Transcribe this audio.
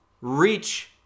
reach